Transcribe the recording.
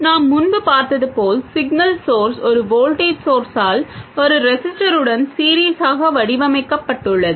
நாம் முன்பு பார்த்தது போல் சிக்னல் ஸோர்ஸ் ஒரு வோல்டேஜ் ஸோர்ஸால் ஒரு ரெஸிஸ்டர் உடன் சீரீஸாக வடிவமைக்கப்பட்டுள்ளது